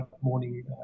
morning